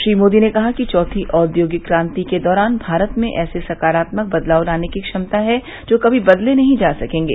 श्री मोदी ने कहा कि चौथी औद्योगिक क्रांति के दौरान भारत में ऐसे सकारात्मक बदलाव लाने की क्षमता है जो कभी बदले नहीं जा सकेंगे